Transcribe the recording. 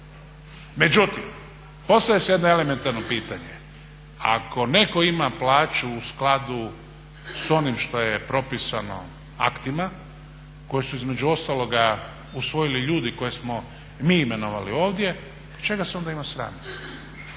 Međutim, postavlja se jedno elementarno pitanje, ako netko ima plaću u skladu s onim što je propisano aktima koje su između ostaloga usvojili ljudi koje smo mi imenovali ovdje, čega se onda ima sramiti?